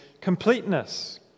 completeness